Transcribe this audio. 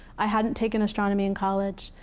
i hadn't taken astronomy in college,